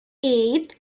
eight